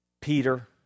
Peter